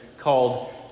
called